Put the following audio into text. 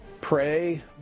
Pray